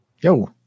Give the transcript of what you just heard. Yo